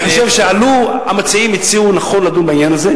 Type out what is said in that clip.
אני חושב שהמציעים הציעו נכון לדון בעניין הזה,